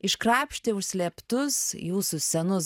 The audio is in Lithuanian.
iškrapštė užslėptus jūsų senus